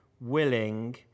willing